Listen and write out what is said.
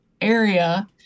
area